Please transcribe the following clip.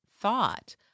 thought